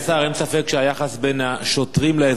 אין ספק שהיחס בין השוטרים לבין האזרחים